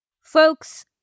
Folks